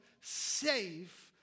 safe